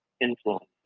influences